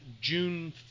June